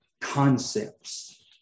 concepts